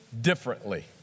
differently